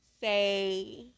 say